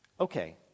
Okay